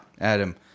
Adam